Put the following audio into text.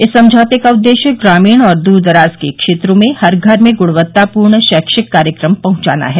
इस समझौते का उद्देश्य ग्रामीण और द्रदराज के क्षेत्रों में हर घर में गुणवत्तापूर्ण शैक्षिक कार्यक्रम पहुंचाना है